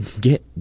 get